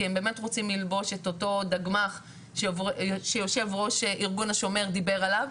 כי הם באמת רוצים ללבוש את אותו דגמ"ח שיושב ראש ארגון השומר דיבר עליו.